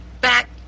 back